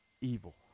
evil